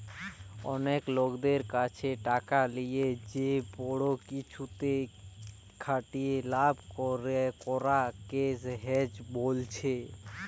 অনেক লোকদের কাছে টাকা লিয়ে যে বড়ো কিছুতে খাটিয়ে লাভ করা কে হেজ বোলছে